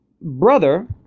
brother